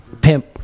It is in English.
Pimp